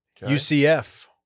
UCF